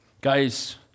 Guys